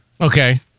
Okay